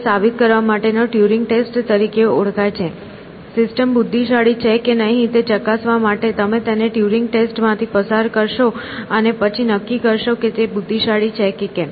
તે ઇન્ટેલિજન્સ સાબિત કરવા માટે નો ટ્યુરિંગ ટેસ્ટ તરીકે ઓળખાય છે સિસ્ટમ બુદ્ધિશાળી છે કે નહીં તે ચકાસવા માટે તમે તેને ટ્યુરિંગ ટેસ્ટ માંથી પસાર કરશો અને પછી નક્કી કરો કે તે બુદ્ધિશાળી છે કે કેમ